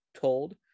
told